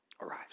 arrives